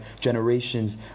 generations